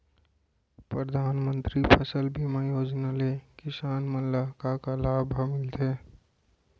परधानमंतरी फसल बीमा योजना ले किसान मन ला का का लाभ ह मिलथे?